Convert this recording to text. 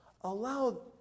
allow